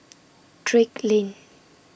Drake Lane